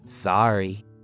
Sorry